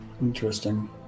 Interesting